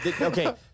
Okay